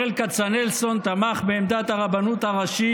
ברל כצנלסון תמך בעמדת הרבנות הראשית,